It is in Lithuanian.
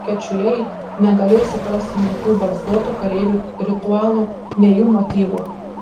kečujai negalėjo suprasti nei tų barzdotų kareivių ritualų nei jų motyvų